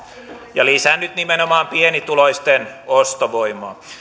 ja lisännyt nimenomaan pienituloisten ostovoimaa